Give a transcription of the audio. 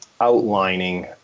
outlining